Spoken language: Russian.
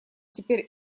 теперь